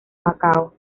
macao